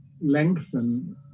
lengthen